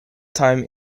time